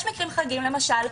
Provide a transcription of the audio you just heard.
יש מקרים חריגים למשל,